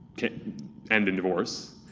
end in divorce,